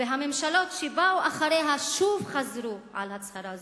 והממשלות שבאו אחריה שוב חזרו על הצהרה זו.